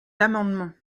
l’amendement